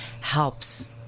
Helps